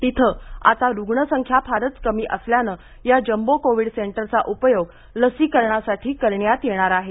तिथे आता रुग्णसंख्या फारच कमी असल्यानं या जम्बो कोविड सेंटरचा उपयोग लसीकरणासाठी करण्यात येणार आहे